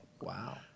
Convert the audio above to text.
wow